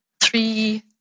three